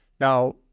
now